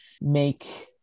make